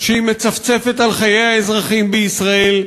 שהיא מצפצפת על חיי האזרחים בישראל,